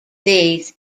these